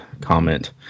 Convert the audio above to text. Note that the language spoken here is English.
comment